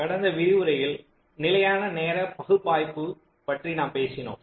கடந்த விரிவுரையில் நிலையான நேர பகுப்பாய்வு பற்றி நாம் பேசினோம்